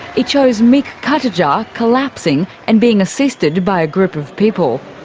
it shows mick cutajar collapsing and being assisted by a group of people.